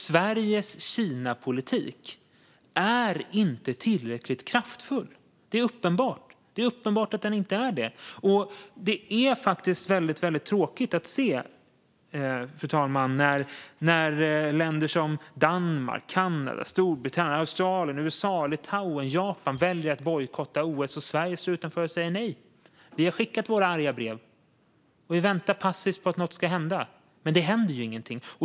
Sveriges Kinapolitik är uppenbart inte tillräckligt kraftfull, och det är tråkigt när länder som Danmark, Kanada, Storbritannien, Australien, USA, Litauen och Japan väljer att bojkotta OS medan Sverige står utanför och säger "Nej, vi har skickat våra arga brev". Vi väntar passivt på att något ska hända, men inget händer ju.